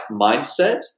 mindset